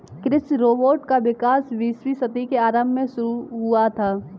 कृषि रोबोट का विकास बीसवीं सदी के आरंभ में शुरू हुआ था